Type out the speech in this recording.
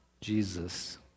Jesus